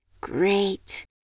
Great